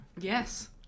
yes